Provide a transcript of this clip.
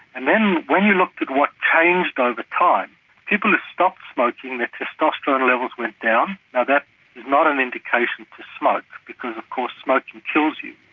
and then when you looked at what changed over time people who stopped smoking their testosterone levels went down, now that is not an indication to smoke because of course smoking kills you,